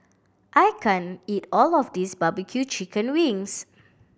I can't eat all of this barbecue chicken wings